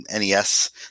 NES